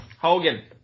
Hogan